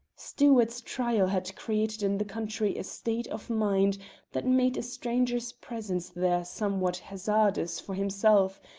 stewart's trial had created in the country a state of mind that made a stranger's presence there somewhat hazardous for himself,